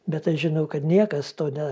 bet aš žinau kad niekas to na